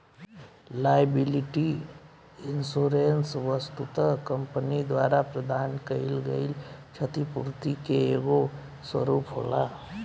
liability insurance वस्तुतः company द्वारा प्रदान कईल गईल छतिपूर्ति के एगो स्वरूप होला